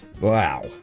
Wow